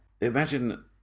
Imagine